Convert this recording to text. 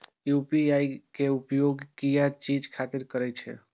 UPI के उपयोग किया चीज खातिर करें परे छे?